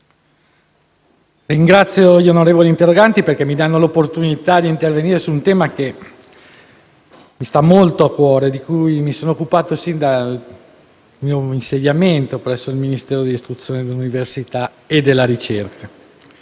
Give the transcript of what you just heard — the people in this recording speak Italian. ringrazio gli onorevoli interroganti perché mi danno l'opportunità di intervenire su un tema che mi sta molto a cuore e di cui mi sono occupato sin dal mio insediamento presso il Ministero dell'istruzione, dell'università e della ricerca.